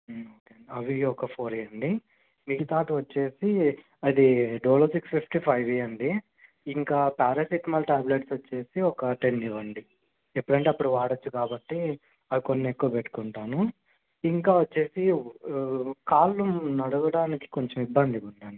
okay అండి అవి ఒక ఫోర్ ఇవ్వండి మిగతాది వచ్చేసి అది డోలో సిక్స్ ఫిఫ్టీ ఫైవ్ ఇవ్వండి ఇంకా పారాసెట్మాల్ ట్యాబ్లెట్స్ వచ్చేసి ఒక టెన్ ఇవ్వండి ఎప్పుడంటే అప్పుడు వాడవచ్చు కాబట్టి అవి కొన్ని ఎక్కువ పెట్టుకుంటాను ఇంకా వచ్చేసి కాళ్ళు నడవడానికి కొంచెం ఇబ్బందిగా ఉందండి